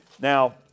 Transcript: Now